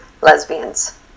lesbians